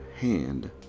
hand